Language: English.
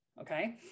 Okay